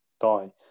die